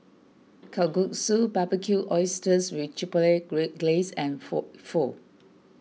Kalguksu Barbecued Oysters with Chipotle great Glaze and Pho Pho